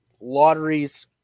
lotteries